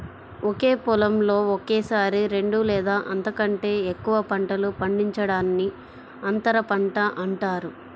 ఒకే పొలంలో ఒకేసారి రెండు లేదా అంతకంటే ఎక్కువ పంటలు పండించడాన్ని అంతర పంట అంటారు